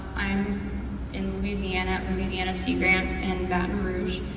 i'm in louisiana at louisiana sea grant in baton rouge.